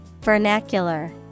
vernacular